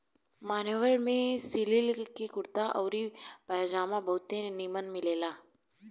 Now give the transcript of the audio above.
मान्यवर में सिलिक के कुर्ता आउर पयजामा बहुते निमन मिलेला